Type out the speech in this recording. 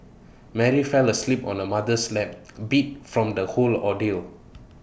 Mary fell asleep on her mother's lap beat from the whole ordeal